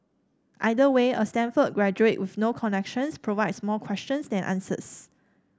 either way a Stanford graduate with no connections provides more questions than answers